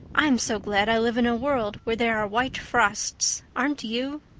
i'm so glad i live in a world where there are white frosts, aren't you?